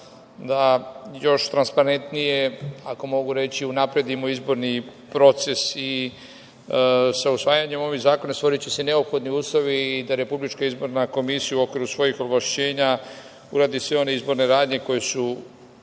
da još transparentnije, ako mogu reći, unapredimo izborni proces. Sa usvajanjem ovih zakona stvoriće se neophodni uslovi i da RIK u okviru svojih ovlašćenja uradi sve one izborne radnje koje su